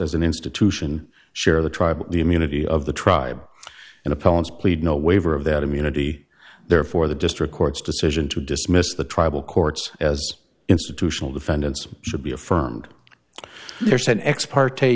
as an institution share the tribe the immunity of the tribe and opponents plead no waiver of that immunity therefore the district court's decision to dismiss the tribal courts as institutional defendants should be affirmed there's an ex part